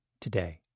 today